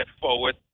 forward